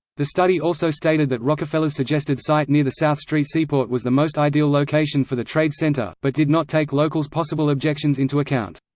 the study also stated that rockefeller's suggested site near the south street seaport was the most ideal location for the trade center, but did not take locals' possible objections into account.